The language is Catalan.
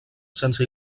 sense